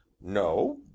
No